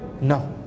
No